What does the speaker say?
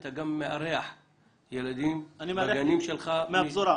אתה גם מארח ילדים בגנים שלך מהפזורה.